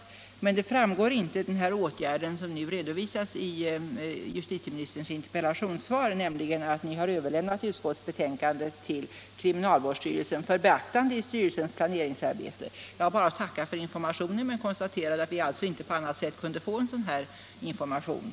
Men av den skrivelsen framgår 77 inte vad justitieministern nu redovisat i sitt interpellationssvar, nämligen att ni har överlämnat utskottsbetänkandet till kriminalvårdsstyrelsen för beaktande i styrelsens planeringsarbete. Jag har bara att tacka för informationen men konstaterar att vi alltså inte på annat sätt kunde få en sådan här information.